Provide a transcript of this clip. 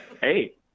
hey